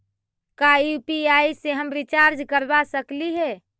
का यु.पी.आई से हम रिचार्ज करवा सकली हे?